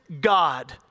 God